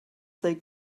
they